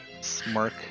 Smirk